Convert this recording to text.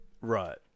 Right